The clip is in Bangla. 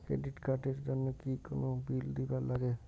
ক্রেডিট কার্ড এর জন্যে কি কোনো বিল দিবার লাগে?